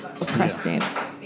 oppressive